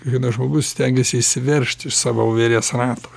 vienas žmogus stengiasi išsiveržt iš savo voverės rato